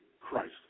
Christ